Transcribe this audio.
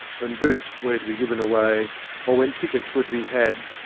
when boots where to be given away, or when tickets were to be had,